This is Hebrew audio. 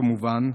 כמובן,